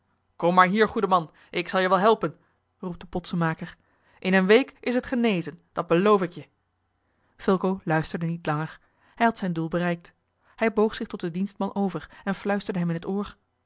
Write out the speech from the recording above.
kom maar hier goede man ik zal je wel helpen roept de potsenmaker in eene week is het genezen dat beloof ik je fulco luisterde niet langer hij had zijn doel bereikt hij boog zich tot den dienstman over en fluisterde hem in t oor